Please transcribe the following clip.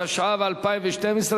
התשע"א 2011,